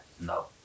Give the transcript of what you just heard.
no